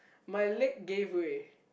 my leg gave way